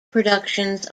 productions